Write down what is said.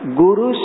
guru